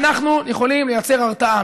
אנחנו יכולים לייצר הרתעה.